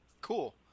Cool